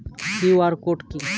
QR code কি?